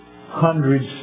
hundreds